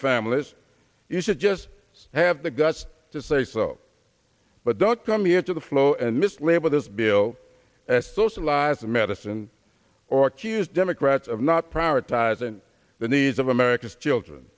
families you should just have the guts to say so but the come here to the flow and mislabeled this bill as socialized medicine or choose democrats of not prioritizing the needs of america's children